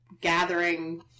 gathering